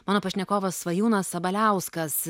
mano pašnekovas svajūnas sabaliauskas